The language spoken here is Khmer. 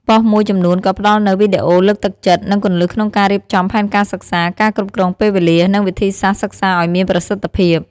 ប៉ុស្តិ៍មួយចំនួនក៏ផ្ដល់នូវ វីដេអូលើកទឹកចិត្ត និងគន្លឹះក្នុងការរៀបចំផែនការសិក្សា ការគ្រប់គ្រងពេលវេលា និងវិធីសាស្រ្តសិក្សាឲ្យមានប្រសិទ្ធភាព។